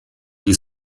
die